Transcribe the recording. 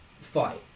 fight